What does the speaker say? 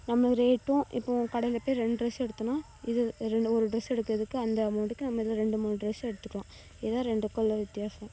நமக்கு ரேட்டும் இப்போ கடையில் போய் ரெண்டு ட்ரெஸ்ஸு எடுத்தோன்னால் இது ரெண்டு ஒரு ட்ரெஸ் எடுக்கிறதுக்கு அந்த அமௌண்ட்டுக்கு நம்ம இதில் ரெண்டு மூணு ட்ரெஸ்ஸு எடுத்துக்கலாம் இதுதான் ரெண்டுக்கும் உள்ள வித்தியாசம்